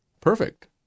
Perfect